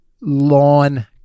lawn